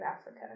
Africa